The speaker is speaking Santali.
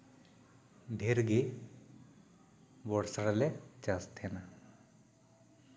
ᱰᱷᱮᱨᱜᱮ ᱵᱚᱨᱥᱟ ᱨᱮᱞᱮ ᱪᱟᱥ ᱛᱟᱦᱮᱸᱱᱟ